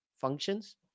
functions